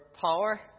power